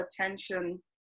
attention